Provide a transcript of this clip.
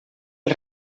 els